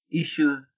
issues